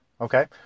Okay